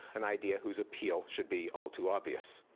an idea whose appeal should be all too obvious.